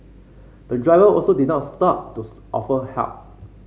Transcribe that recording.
the driver also did not stop to offer help